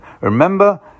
Remember